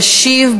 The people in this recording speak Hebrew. ישיב,